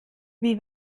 wie